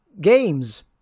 games